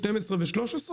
12 ו-13?